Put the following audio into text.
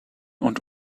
und